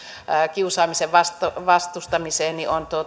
kiusaamisen vastustamiseen vastustamiseen on